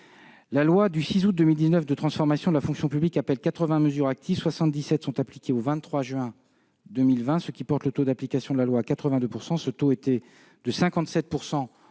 La loi du 6 août 2019 de transformation de la fonction publique appelle 94 mesures actives, dont 77 sont appliquées à ce jour, ce qui porte le taux d'application de la loi à 82 %. Ce taux était de 57 % au